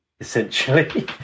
essentially